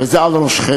וזה על ראשכם.